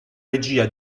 regia